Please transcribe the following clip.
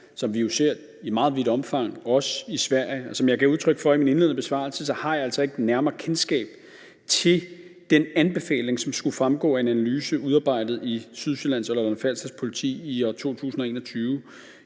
som vi jo ser i meget vidt omfang også i Sverige. Som jeg gav udtryk for i min indledende besvarelse, har jeg altså ikke et nærmere kendskab til den anbefaling, som skulle fremgå af en analyse udarbejdet af Sydsjællands og Lolland-Falsters Politi i 2021.